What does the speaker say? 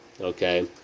okay